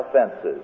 offenses